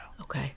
Okay